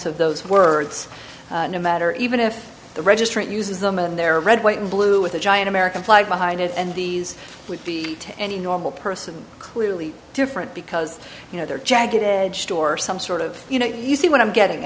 of those words no matter even if the registrant uses them and there are red white and blue with a giant american flag behind it and these with the to any normal person clearly different because you know they're jacketed store some sort of you know you see what i'm getting